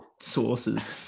sources